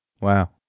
Wow